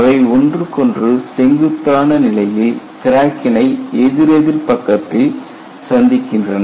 அவை ஒன்றுக்கொன்று செங்குத்தான நிலையில் கிராக்கினை எதிரெதிர் பக்கத்தில் சந்திக்கின்றன